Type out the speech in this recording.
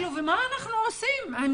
ומה אנחנו עושים עם